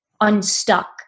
unstuck